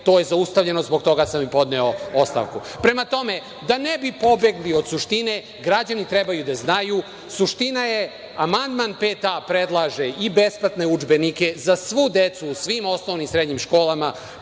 to je zaustavljeno i zbog toga sam i podneo ostavku. Prema tome, da ne bi pobegli od suštine, građani treba da znaju. Suština je da amandman 5a. predlaže i besplatne udžbenike za svu decu, u svim osnovnim i srednjim školama,